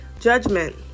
judgment